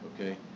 okay